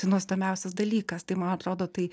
tai nuostabiausias dalykas tai man atrodo tai